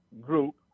group